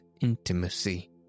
intimacy